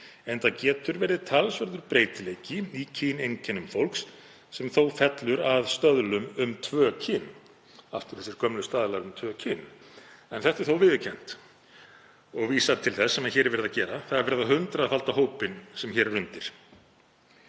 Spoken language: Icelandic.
enda getur verið talsverður breytileiki í kyneinkennum fólks sem þó fellur að stöðlum um tvö kyn.“ Hér eru aftur þessir gömlu staðlar um tvö kyn. En þetta er þó viðurkennt og vísar til þess sem hér er verið að gera. Verið er að hundraðfalda hópinn sem hér er undir.